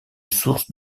source